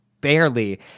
barely